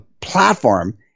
platform